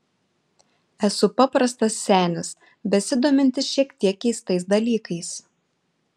esu paprastas senis besidomintis šiek tiek keistais dalykais